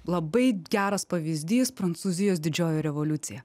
labai geras pavyzdys prancūzijos didžioji revoliucija